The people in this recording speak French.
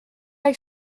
avec